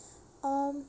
um